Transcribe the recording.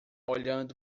olhando